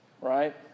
right